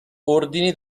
ordini